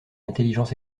intelligence